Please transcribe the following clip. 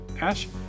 Ash